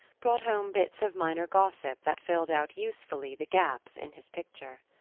brought home bits of minor gossip that filled out usefully the gaps in his picture.